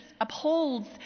upholds